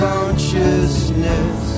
consciousness